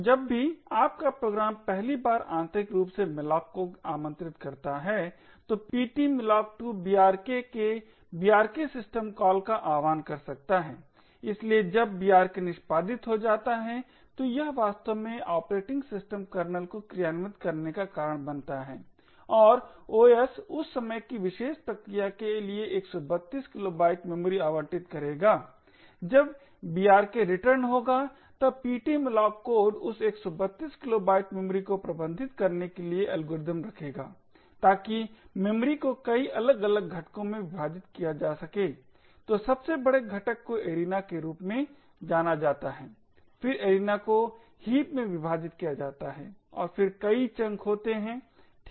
तो जब भी आपका प्रोग्राम पहली बार आंतरिक रूप से malloc को आमंत्रित करता है तो ptmalloc2 brk के brk सिस्टम कॉल का आह्वान कर सकता है इसलिए जब brk निष्पादित हो जाता है तो यह वास्तव में ऑपरेटिंग सिस्टम कर्नेल को क्रियान्वित करने का कारण बनता है और OS उस समय की विशेष प्रक्रिया के लिए 132 किलोबाईट मेमोरी आवंटित करेगा जब brk रिटर्न होगा तब ptmalloc कोड उस 132 किलोबाइट मेमोरी को प्रबंधित करने के लिए एल्गोरिदम रखेगा ताकि मेमोरी को कई अलग अलग घटकों में विभाजित किया जा सकेतो सबसे बड़े घटक को एरिना के रूप में जाना जाता है फिर एरिना को हीप में विभाजित किया जाता है और फिर कई चंक होते हैं ठीक